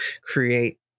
create